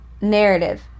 narrative